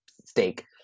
steak